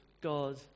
God